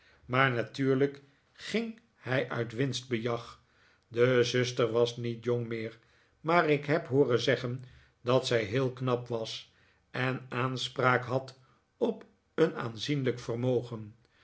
maar natuurlijk ging hij uit winstbejag de zuster was niet jong meer maar ik heb hooren zeggen dat zij heel knap was en aanspraak had op een aanzienlijk vermogen